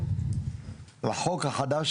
ידועים בציבור לא הוכרו בעבר על ידי משרד הביטחון,